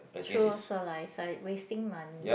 true also lah is like wasting money